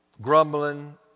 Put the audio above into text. grumbling